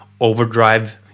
overdrive